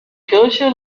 kirche